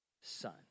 son